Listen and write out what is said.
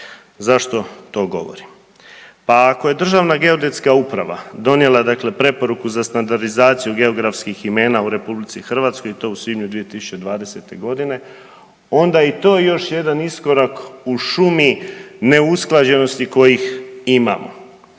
Zašto to govorim? Pa ako je Državna geodetska uprava donijela dakle preporuku za standardizaciju geografskih imena u RH, to u svibnju 2020. g., onda i to još jedan iskorak u šumu neusklađenosti kojih imamo.